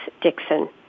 Dixon